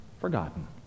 forgotten